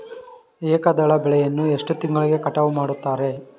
ಏಕದಳ ಬೆಳೆಯನ್ನು ಎಷ್ಟು ತಿಂಗಳಿಗೆ ಕಟಾವು ಮಾಡುತ್ತಾರೆ?